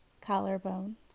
collarbone